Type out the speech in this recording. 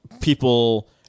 people